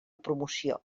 promoció